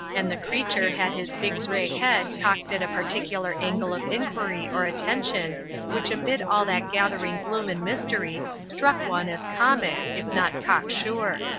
and the creature had his big grey head cocked at a particular angle of inquiry or attention which amid all that gathering gloom and mystery struck one as comic if not cocksure.